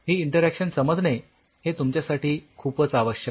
ही interaction समजणे हे तुमच्यासाठी खूपच आवश्यक आहे